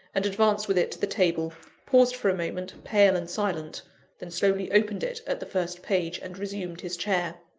and advanced with it to the table paused for a moment, pale and silent then slowly opened it at the first page, and resumed his chair.